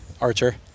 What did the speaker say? Archer